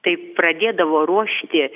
tai pradėdavo ruošti